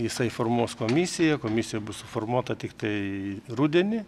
jisai formuos komisiją komisija bus suformuota tiktai rudenį